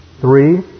Three